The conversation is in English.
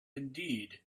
indeed